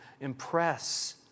impress